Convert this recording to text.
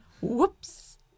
whoops